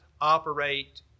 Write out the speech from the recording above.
operate